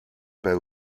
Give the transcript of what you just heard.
per